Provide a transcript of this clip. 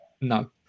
no